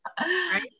right